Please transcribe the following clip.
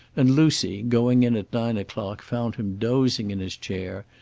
and lucy, going in at nine o'clock, found him dozing in his chair,